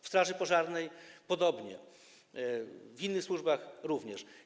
W straży pożarnej podobnie, w innych służbach również.